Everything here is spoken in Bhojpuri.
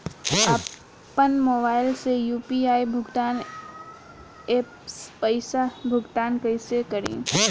आपन मोबाइल से यू.पी.आई भुगतान ऐपसे पईसा भुगतान कइसे करि?